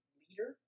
leader